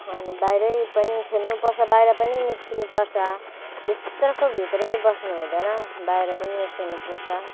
अनि बाहिरै पनि खेल्नुपर्छ बाहिर पनि निस्किनुपर्छ भित्रको भित्रै बस्नुहुँदैन बाहिर पनि निस्किनुपर्छ